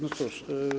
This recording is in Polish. No cóż.